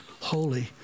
holy